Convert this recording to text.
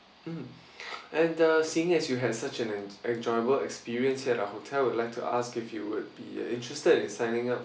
mm and uh seeing as you had such an an enjoyable experience here at our hotel we'd like to ask if you would be interested in signing up